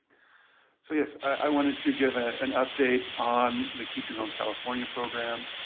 so yes. i wanted to give ah an update on the keep your home california program,